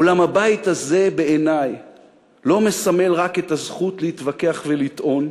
אולם הבית הזה בעיני לא מסמל רק את הזכות להתווכח ולטעון,